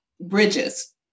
bridges